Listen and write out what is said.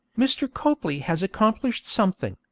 mr. copley has accomplished something,